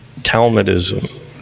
Talmudism